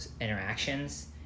interactions